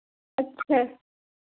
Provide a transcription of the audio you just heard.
अच्छा